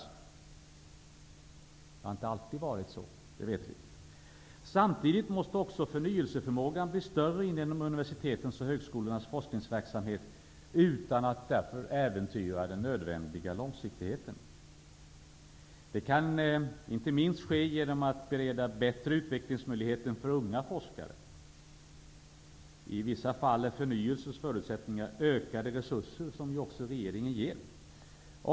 Vi vet att det inte alltid har varit så. Samtidigt måste också förnyelseförmågan bli större inom universitetens och högskolornas forskningsverksamhet, utan att därför den nödvändiga långsiktigheten äventyras. Det kan inte minst ske genom beredande av bättre utvecklingsmöjligheter för unga forskare. I vissa fall är förnyelsens förutsättningar ökade resurser, som ju regeringen också ger.